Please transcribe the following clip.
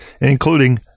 including